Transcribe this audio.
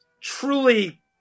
truly